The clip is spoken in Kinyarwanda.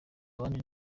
abandi